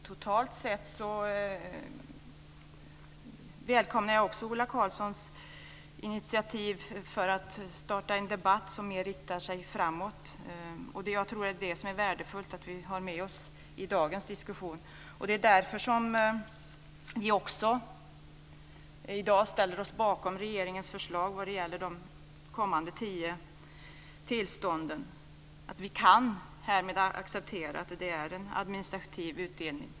Herr talman! Totalt sett välkomnar jag också Ola Karlsson initiativ för att starta en debatt som mer riktar sig framåt. Jag tror att det är värdefullt att vi har med oss det i dagens diskussion. Det är därför som vi också i dag ställer oss bakom regeringens förslag när det gäller de kommande tio tillstånden, att vi härmed kan acceptera att det är en administrativ utdelning.